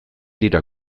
dira